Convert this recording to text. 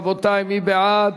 רבותי, מי בעד?